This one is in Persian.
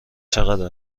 چقدر